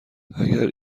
اگر